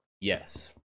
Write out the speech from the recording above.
yes